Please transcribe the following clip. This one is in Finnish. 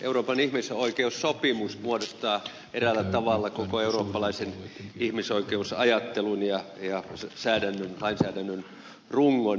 euroopan ihmisoikeussopimus muodostaa eräällä tavalla koko eurooppalaisen ihmisoikeusajattelun ja lainsäädännön rungon